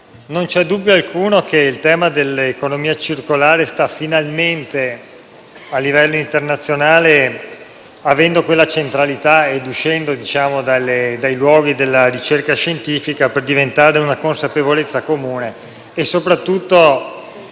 non c'è dubbio alcuno che il tema dell'economia circolare al livello internazionale sta finalmente assumendo centralità e uscendo dai luoghi della ricerca scientifica per diventare una consapevolezza comune